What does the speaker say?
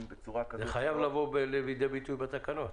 בצורה כזאת --- זה חייב לבוא לידי ביטוי בתקנות.